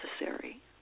necessary